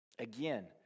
Again